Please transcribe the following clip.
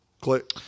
click